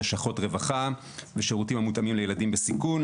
לשכות רווחה ושירותים המותאמים לילדים בסיכון,